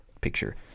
picture